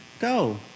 go